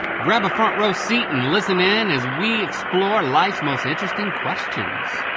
grab a front row seat and listen in as we explore life's most interesting questions.